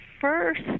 first